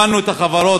הבנו את החברות,